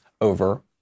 over